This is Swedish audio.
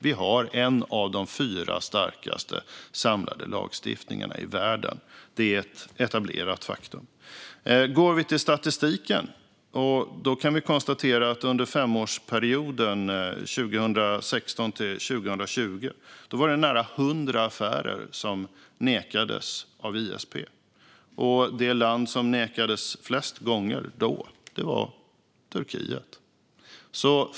Vi har en av de fyra starkaste samlade lagstiftningarna i världen. Det är ett etablerat faktum. Går vi till statistiken kan vi konstatera att under femårsperioden 2016-2020 var det nära 100 affärer som nekades av ISP. Det land som nekades flest gånger då var Turkiet.